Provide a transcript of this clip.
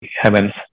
Heavens